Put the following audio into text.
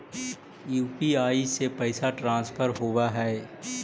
UPI से पैसा transfer होवहै?